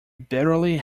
barely